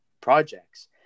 projects